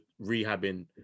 rehabbing